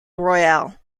royale